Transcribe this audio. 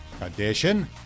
edition